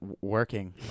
Working